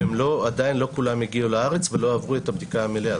עדיין לא כולם הגיעו לארץ ולא עברו את הבדיקה המלאה.